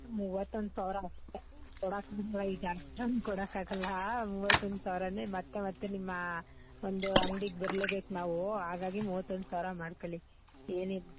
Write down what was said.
ಮೂವತ್ತೊಂದು ಸಾವಿರ ಅಷ್ಟೆ ಕೊಡಾಕೆ ಇಲ್ಲ ಈಗ ಅಷ್ಟೊಂದು ಕೊಡಾಕೆ ಆಗಲ್ಲ ಮೂವತ್ತೊಂದು ಸಾವಿರನೇ ಮತ್ತೆ ಮತ್ತೆ ನಿಮ್ಮ ಒಂದು ಅಂಗ್ಡಿಗೆ ಬರಲೆ ಬೇಕು ನಾವೂ ಹಾಗಾಗಿ ಮೂವತ್ತೊಂದು ಸಾವಿರ ಮಾಡ್ಕೊಳ್ಳಿ ಏನೆ